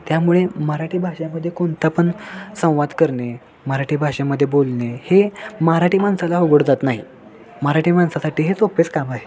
त्यामुळे मराठी भाषेमध्ये कोणता पण संवाद करणे मराठी भाषेमध्ये बोलणे हे मराठी माणसाला अवघड जात नाही मराठी माणसासाठी हेच सोपेच काम आहे